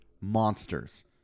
monsters